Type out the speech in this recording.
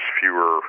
fewer